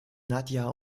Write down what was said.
nadja